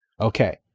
okay